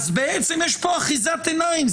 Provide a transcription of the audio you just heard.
בעצם יש פה אחיזת עיניים.